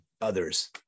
others